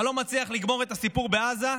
אתה לא מצליח לגמור את הסיפור בעזה,